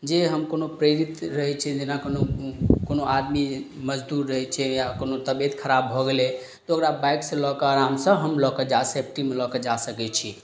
जे हम कोनो प्रेरित रहय छी जेना कोनो कोनो आदमी मजदूर रहय छै या कोनो तबियत खराब भऽ गेलय तऽ ओकरा बाइकसँ लअ कऽ आरामसँ हम लअ कऽ जा सेफ्टीमे लअ कऽ जा सकय छी